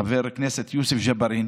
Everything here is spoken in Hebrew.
חבר הכנסת יוסף ג'בארין